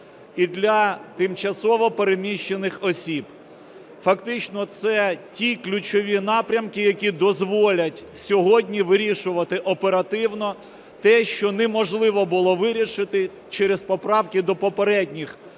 і для тимчасово переміщених осіб. Фактично це ті ключові напрямки, які дозволять сьогодні вирішувати оперативно те, що неможливо було вирішити через поправки до попередніх